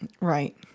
Right